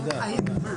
תודה רבה.